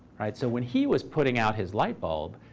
so when he was putting out his light bulb,